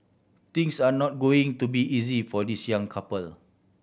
things are not going to be easy for this young couple